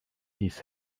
his